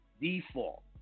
Default